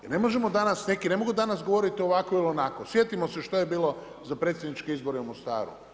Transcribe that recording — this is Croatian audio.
Jer ne možemo danas, neki ne mogu danas govoriti ovako ili onako, sjetimo se što je bilo za predsjedničke izbore u Mostaru.